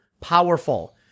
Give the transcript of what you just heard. powerful